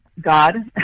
God